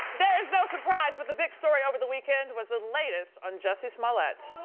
there is no surprise but the big story over the weekend was the latest on jussie smollett.